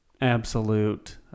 absolute